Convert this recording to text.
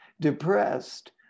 depressed